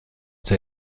der